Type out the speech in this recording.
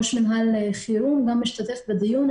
ראש מנהל חירום גם משתתף בדיון,